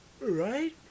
Right